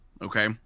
okay